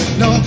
no